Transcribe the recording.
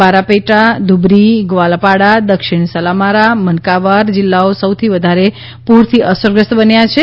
બારપેટા ધુબરી ગ્વાલપાડા દક્ષિણ સલમારા મનકાવાર જિલ્લોઓ સૌથી વધારે પૂરથી અસરગ્રસ્ત બન્યા છે